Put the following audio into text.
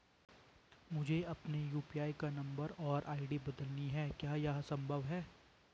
मुझे अपने यु.पी.आई का नम्बर और आई.डी बदलनी है क्या यह संभव है?